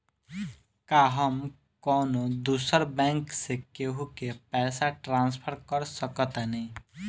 का हम कौनो दूसर बैंक से केहू के पैसा ट्रांसफर कर सकतानी?